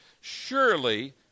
Surely